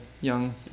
young